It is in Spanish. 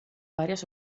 varias